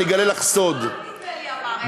אגלה לך סוד מקיאוולי אמר את,